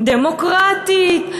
דמוקרטית,